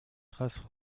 traces